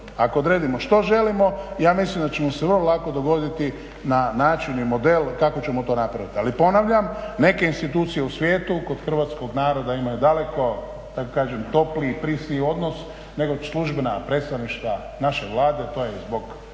Ako odredimo što želimo ja mislim da ćemo se vrlo dogovoriti na način i model kako ćemo to napraviti. Ali ponavljam, neke institucije u svijetu kod hrvatskog naroda imaju daleko da tako kažem topliji, prisniji odnos nego službena predstavništva naše Vlade. To je zbog